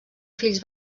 fills